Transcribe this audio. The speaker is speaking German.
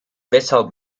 weshalb